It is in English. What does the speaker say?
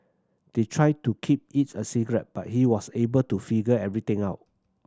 they tried to keep it a secret but he was able to figure everything out